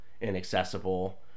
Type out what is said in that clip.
inaccessible